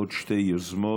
עוד שתי יוזמות